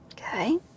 Okay